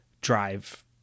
drive